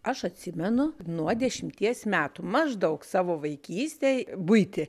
aš atsimenu nuo dešimties metų maždaug savo vaikystėj buitį